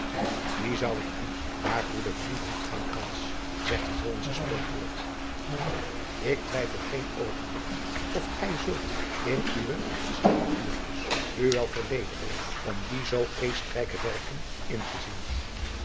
die zou ik u maar goede wijn behoeft geen krans zegt het hollandsche spreekwoord ik twijfel geen oogenblik of gij zult in uwe snipperuurtjes u wel verledigen om die zoo geestrijke werken in te zien